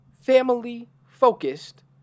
family-focused